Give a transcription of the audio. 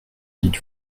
dites